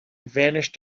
vanished